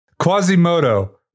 Quasimodo